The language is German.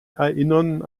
erinnern